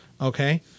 Okay